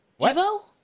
Evo